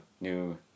new